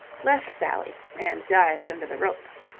left sally and dived under the ropes.